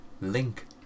Link